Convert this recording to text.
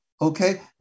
Okay